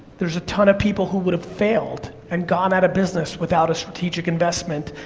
there's a ton of people who would have failed and gone out of business without a strategic investment,